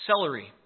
celery